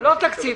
יסתיים.